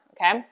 Okay